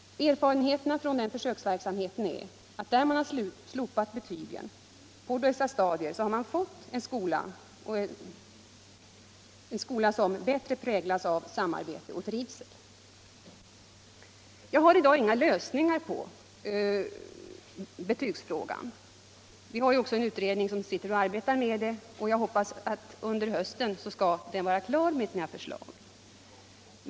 Erfarenheterna från den är att på de stadier där betygen har slopats har man fått en skola som bättre präglas av samarbete och trivsel. Jag har i dag inga lösningar på betygsfrågan. Vi har också en utredning som arbetar med den, och jag hoppas att den under hösten blir klar med sina förslag.